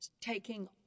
taking